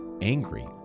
angry